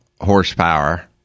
horsepower